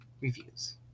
reviews